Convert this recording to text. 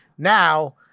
Now